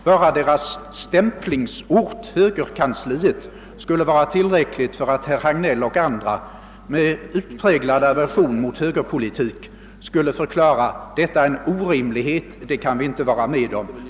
Bara deras stämplingsort, högerkansliet, skulle vara tillräcklig anledning för att herr Hagnell och andra med utpräglad aversion mot högerpolitik skulle förklara: Detta är en orimlighet; det kan vi inte vara med om.